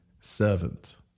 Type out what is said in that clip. servant